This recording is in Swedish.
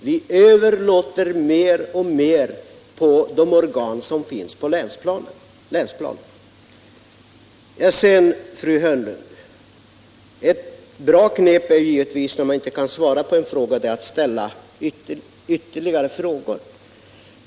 Vi överlåter mer och mer på de organ som finns på länsplanet. Ett bra knep, fru Hörnlund, när man inte kan svara på en fråga är givetvis att ställa flera frågor.